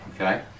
okay